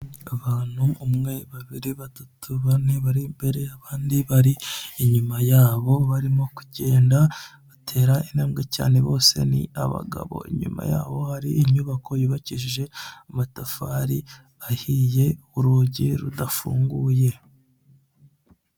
Abantu umwe, babiri ,batatu , bane bar' imbere y'abandi bari inyuma yabo, barimo kugenda batera intambwe cyane bose ni abagabo, inyuma yabo har' inyubako yubakishije amatafari ahiye , urugi rudafunguye.